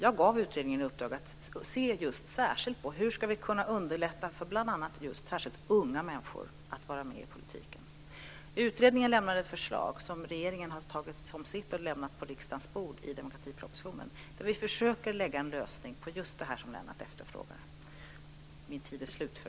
Jag gav utredningen i uppdrag att se särskilt på just hur vi ska kunna underlätta för unga människor att vara med i politiken. Utredningen lämnade ett förslag som regeringen har tagit som sitt och lämnat på riksdagens bord i demokratipropositionen, där vi försöker lägga fram en lösning på just det här som Lennart efterfrågar.